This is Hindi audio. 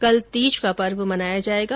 कल तीज पर्व मनाया जायेगा